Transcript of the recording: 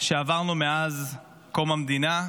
שעברנו מאז קום המדינה,